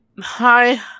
Hi